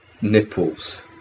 nipples